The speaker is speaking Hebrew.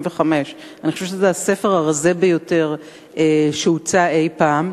ב-1985 זה הספר הרזה ביותר שהוצא אי-פעם.